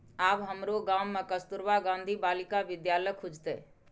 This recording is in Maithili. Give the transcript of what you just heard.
आब हमरो गाम मे कस्तूरबा गांधी बालिका विद्यालय खुजतै